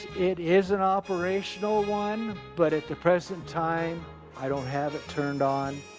it is an operational one, but at the present time i don't have it turned on.